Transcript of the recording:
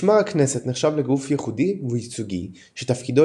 משמר הכנסת נחשב לגוף ייחודי וייצוגי שתפקידו